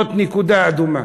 זאת נקודה אדומה.